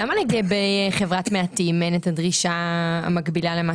למה לגבי חברת מעטים אין את הדרישה המקבילה למה